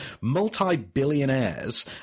multi-billionaires